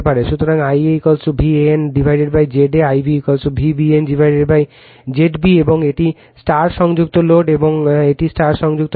সুতরাং Ia VAN Z A Ib V BN Z B এবং এটি স্টার সংযুক্ত লোড এবং এটি স্টার সংযুক্ত লোড